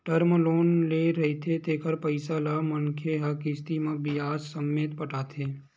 term loan ले रहिथे तेखर पइसा ल मनखे ह किस्ती म बियाज ससमेत पटाथे